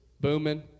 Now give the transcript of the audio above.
booming